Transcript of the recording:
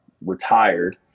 retired